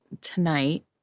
tonight